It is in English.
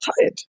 tired